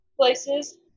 places